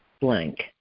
blank